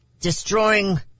destroying